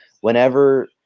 Whenever